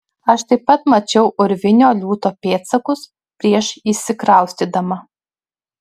aš taip pat mačiau urvinio liūto pėdsakus prieš įsikraustydama